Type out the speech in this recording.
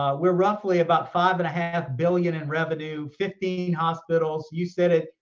um we're roughly about five and a half billion in revenue, fifteen hospitals. you said it,